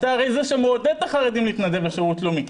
אתה הרי זה שמעודד את החרדים להתנדב לשירות לאומי,